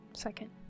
Second